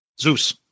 Zeus